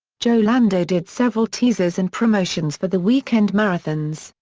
joe lando did several teasers and promotions for the weekend marathons,